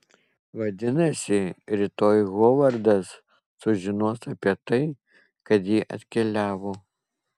vadinasi rytoj hovardas sužinos apie tai kad ji atkeliavo